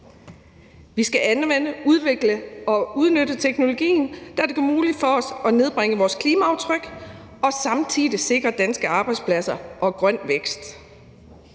Vi skal anvende, udvikle og udnytte teknologien, der gør det muligt for os at nedbringe vores klimaaftryk og samtidig sikre danske arbejdspladser og grøn vækst.